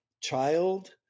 child